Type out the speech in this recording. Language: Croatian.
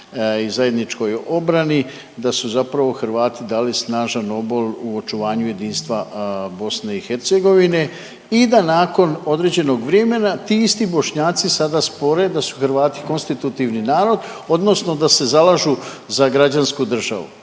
i zajedničkoj obrani da su zapravo Hrvati dali snažan obol u očuvanju jedinstva BiH i da nakon određenog vremena ti isti Bošnjaci sada spore da su Hrvati konstitutivni narod odnosno da se zalažu za građansku državu